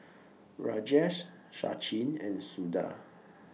Rajesh Sachin and Suda